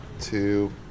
Two